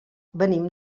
venim